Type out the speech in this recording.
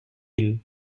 ville